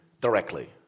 directly